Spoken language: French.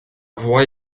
voix